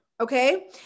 Okay